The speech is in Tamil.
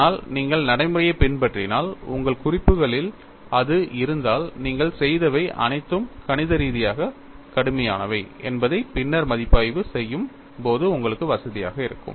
ஆனால் நீங்கள் நடைமுறையைப் பின்பற்றினால் உங்கள் குறிப்புகளில் அது இருந்தால் நீங்கள் செய்தவை அனைத்தும் கணித ரீதியாக கடுமையானவை என்பதை பின்னர் மதிப்பாய்வு செய்யும் போது உங்களுக்கு வசதியாக இருக்கும்